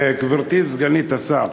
גברתי סגנית השר,